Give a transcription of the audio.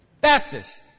Baptist